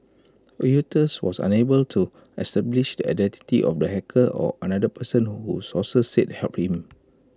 Reuters was unable to establish the identity of the hacker or another person who sources said helped him